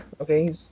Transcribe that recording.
Okay